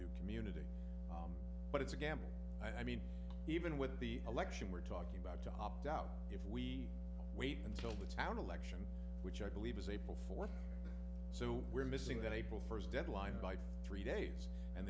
do community but it's a gamble i mean even with the election we're talking about to opt out if we wait until the town election which i believe is april fourth so we're missing that april first deadline by three days and